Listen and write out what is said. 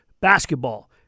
basketball